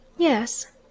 Yes